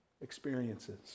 experiences